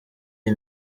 iyi